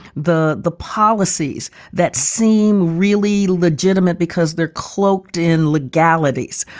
the the policies that seem really legitimate because they're cloaked in legalities,